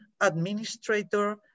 administrator